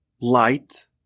light